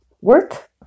work